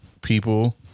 People